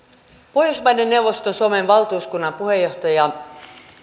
pohjoismaiden neuvoston suomen valtuuskunnan puheenjohtaja